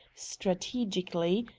strategically,